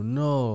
no